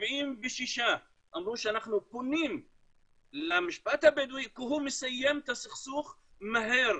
76% אמרו שהם פונים למשפט הבדואי כי הוא מסיים את הסכסוך מהר.